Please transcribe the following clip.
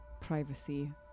privacy